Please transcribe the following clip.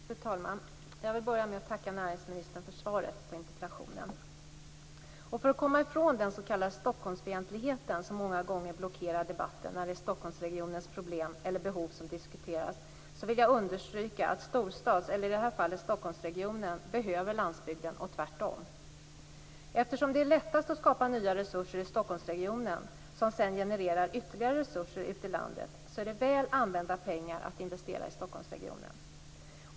Fru talman! Jag vill börja med att tacka näringsministern för svaret på interpellationen. För att komma ifrån den s.k. Stockholmsfientlighet som många gånger blockerar debatterna när det är Stockholmsregionens problem eller behov som diskuteras vill jag understryka att storstadsregionen, i det här fallet Stockholmsregionen, behöver landsbygden och tvärtom. Eftersom det är lättast att skapa nya resurser i Stockholmsregionen, som sedan genererar ytterligare resurser ute i landet, är det väl använda pengar att investera i Stockholmsregionen.